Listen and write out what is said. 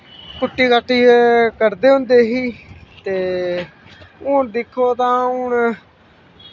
कुट्टी कट्टियै क'ड्डदे होंदे ही ते हून दिक्को तां हून